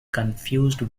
confused